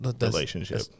relationship